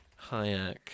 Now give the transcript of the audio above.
Hayek